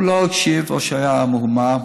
הוא לא הקשיב או שהיה ממורמר,